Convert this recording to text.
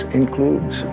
includes